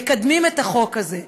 מקדמים את החוק הזה,